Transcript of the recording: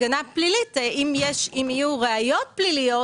הגנה פלילית, אם יהיו ראיות פליליות,